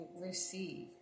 receive